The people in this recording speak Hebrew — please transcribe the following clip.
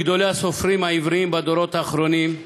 מגדולי הסופרים העבריים בדורות האחרונים,